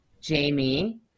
jamie